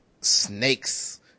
snakes